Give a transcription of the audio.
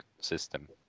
system